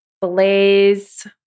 blaze